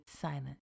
silent